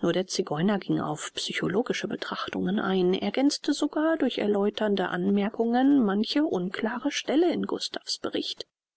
nur der zigeuner ging auf psychologische betrachtungen ein ergänzte sogar durch erläuternde anmerkungen manche unklare stelle in gustav's bericht